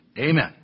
Amen